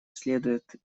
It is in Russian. следует